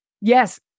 Yes